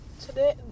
today